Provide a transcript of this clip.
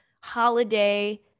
holiday